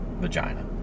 vagina